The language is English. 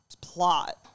plot